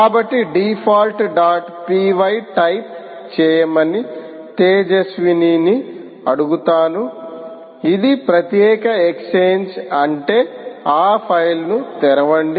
కాబట్టి default dot p y type చేయమని తేజస్విని ని అడుగుతాను ఇది ప్రత్యక్ష ఎక్స్ఛేంజ్ అంటే ఆ ఫైల్ను తెరవండి